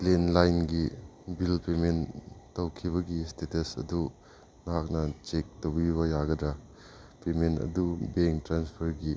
ꯂꯦꯟꯂꯥꯏꯟꯒꯤ bill payment ꯇꯧꯈꯤꯕꯒꯤ status ꯑꯗꯨ ꯅꯍꯥꯛꯅ ꯆꯦꯛ ꯇꯧꯕꯤꯕ ꯌꯥꯒꯗ꯭ꯔ ꯄꯦꯃꯦꯟ ꯑꯗꯨ ꯕꯦꯡ ꯇ꯭ꯔꯥꯟꯁꯐꯔꯒꯤ